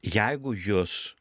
jeigu jus